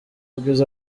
bwiza